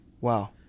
Wow